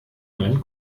neuen